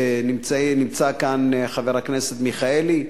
נמצא כאן חבר הכנסת מיכאלי,